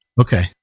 Okay